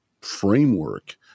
framework